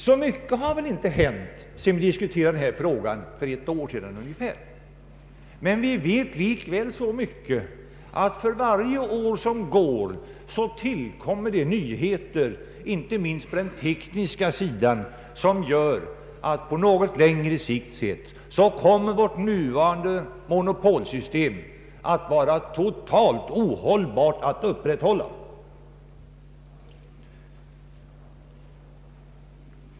Så mycket har väl inte hänt sedan vi diskuterade denna fråga för ungefär ett år sedan. Vi vet likväl så mycket att för varje år som går tillkommer det nyheter, inte minst på den tekniska sidan, som gör att vårt nuvarande monopolsystem på något längre sikt kommer att vara totalt ohållbart att upprätthålla.